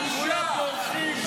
בושה.